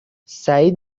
سعید